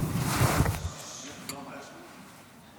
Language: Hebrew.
(חברי הכנסת מכבדים בקימה את זכרם של